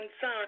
son